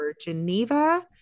Geneva